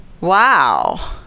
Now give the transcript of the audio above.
Wow